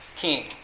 King